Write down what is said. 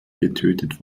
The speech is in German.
getötet